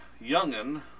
youngin